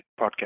podcast